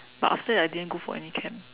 but after that I didn't go for any camp